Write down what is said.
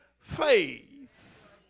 faith